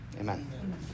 amen